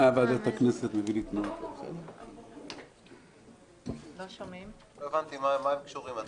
מה ועדת הכנסת --- לא הבנתי מה הם קשורים.